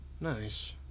nice